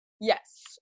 Yes